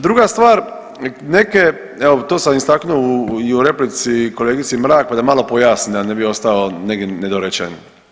Druga stvar, neke, evo to sam istaknuo i u replici kolegici Mrak pa da malo pojasnim da ne bi ostao nedorečen.